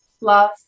love